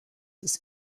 ist